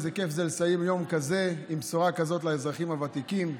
איזה כיף זה לסיים יום כזה עם בשורה כזאת לאזרחים הוותיקים.